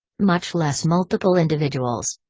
much less multiple individuals.